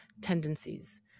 tendencies